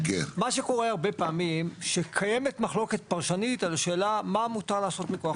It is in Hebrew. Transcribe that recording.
מה שקורה הרבה פעמים שקיימת מחלוקת פרטנית על השאלה מה ניתן לעשות מכוח